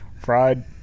fried